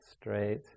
straight